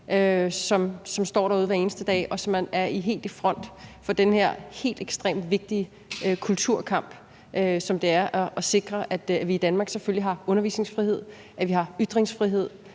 som står derude hver eneste dag, og som er helt i front for den her helt ekstremt vigtige kulturkamp, som det er at sikre, at vi i Danmark selvfølgelig har undervisningsfrihed, at vi har ytringsfrihed,